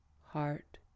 heart